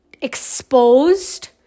exposed